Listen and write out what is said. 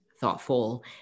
thoughtful